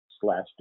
slash